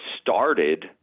started